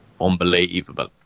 unbelievable